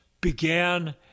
began